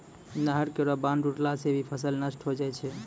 नहर केरो बांध टुटला सें भी फसल नष्ट होय जाय छै